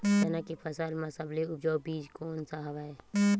चना के फसल म सबले उपजाऊ बीज कोन स हवय?